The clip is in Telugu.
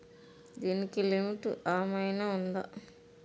దీనికి లిమిట్ ఆమైనా ఉందా?